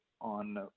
on